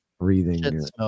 breathing